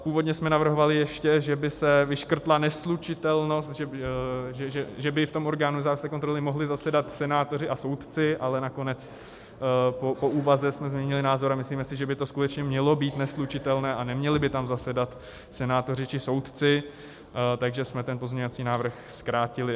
Původně jsme navrhovali, že by se vyškrtla neslučitelnost, že by v tom orgánu nezávislé kontroly mohli zasedat senátoři a soudci, ale nakonec po úvaze jsme změnili názor a myslíme si, že by to skutečně mělo být neslučitelné a neměli by tam zasedat senátoři či soudci, takže jsme pozměňovací návrh zkrátili.